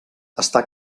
està